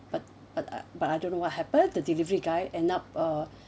but but I but I don't know what happen the delivery guy end up uh